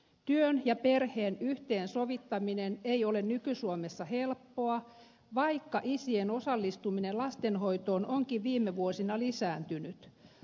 työn ja perheen yhteensovittaminen ei ole nyky suomessa helppoa vaikka isien osallistuminen lastenhoitoon onkin viime vuosina lisääntynyt